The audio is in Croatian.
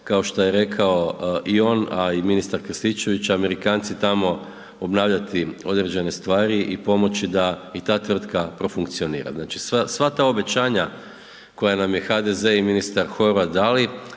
kao što je rekao i on, a i ministar Krstičević Amerikanci tamo obnavljati određene stvari i pomoći da i ta tvrtka profunkcionira. Znači sva ta obećanja koja nam je HDZ i ministar Horvat dali,